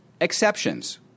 exceptions